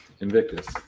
Invictus